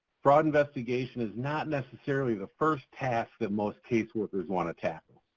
fraud investigation is not necessarily the first task that most case workers want to tackle.